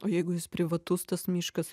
jeigu jis privatus tas miškas